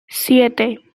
siete